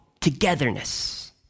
togetherness